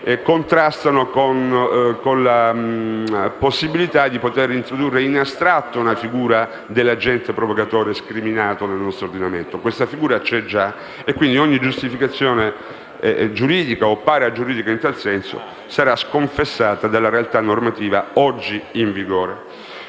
contrastano con la possibilità di poter introdurre in astratto una figura dell'agente provocatore scriminato nel nostro ordinamento. Questa figura c'è già e ogni giustificazione giuridica o paragiuridica in tal senso sarà sconfessata dalla realtà normativa oggi in vigore.